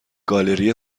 گالری